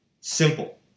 Simple